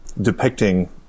depicting